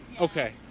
Okay